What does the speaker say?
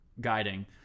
guiding